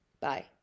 Bye